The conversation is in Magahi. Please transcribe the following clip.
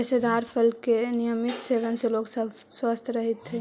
रेशेदार फल के नियमित सेवन से लोग स्वस्थ रहऽ हथी